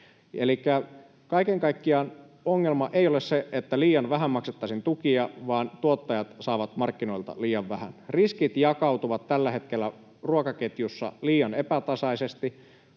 kaiken kaikkiaan ongelma ei ole se, että liian vähän maksettaisiin tukia, vaan se, että tuottajat saavat markkinoilta liian vähän. Riskit jakautuvat tällä hetkellä ruokaketjussa liian epätasaisesti.